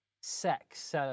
sex